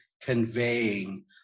conveying